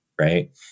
right